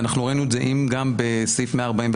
ואנחנו ראינו את זה גם בסעיף 141(א),